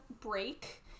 break